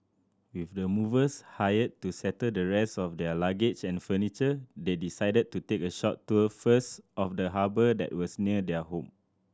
with the movers hired to settle the rest of their luggage and furniture they decided to take a short tour first of the harbour that was near their home